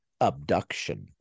abduction